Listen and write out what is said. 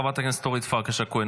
חברת הכנסת אורית פרקש הכהן,